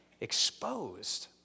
exposed